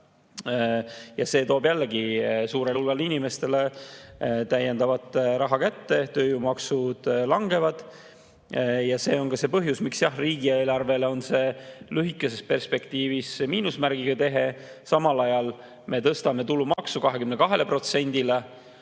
ja see toob jällegi suurele hulgale inimestele täiendavat raha kätte, tööjõumaksud langevad. See on ka põhjus, miks see, jah, on riigieelarvele lühikeses perspektiivis miinusmärgiga tehe, aga samal ajal me tõstame tulumaksu 22%‑le,